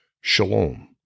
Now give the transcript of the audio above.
shalom